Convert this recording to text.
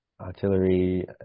artillery